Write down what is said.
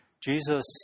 Jesus